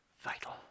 vital